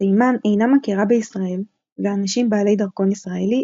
תימן אינה מכירה בישראל ואנשים בעלי דרכון ישראלי,